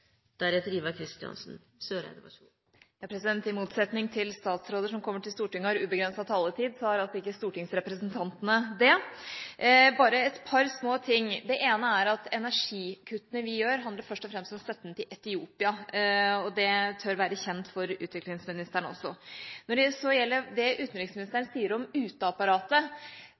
I motsetning til statsråder som kommer til Stortinget og har ubegrenset taletid, har altså ikke stortingsrepresentantene det. Bare et par små ting: Det ene er at energikuttene vi gjør, først og fremst handler om støtten til Etiopia, og det tør være kjent også for utviklingsministeren. Når det så gjelder det utenriksministeren sier om uteapparatet,